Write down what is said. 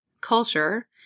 culture